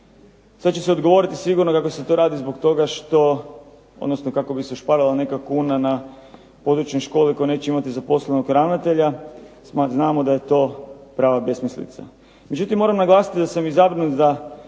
Sad će se odgovoriti sigurno kako se to radi zbog toga što, odnosno kako bi se ušparala neka kuna na područnoj školi koja neće imati zaposlenog ravnatelja. Znamo da je to prava besmislica. Međutim, moram naglasiti da sam izabran za